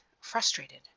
frustrated